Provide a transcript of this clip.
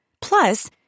Plus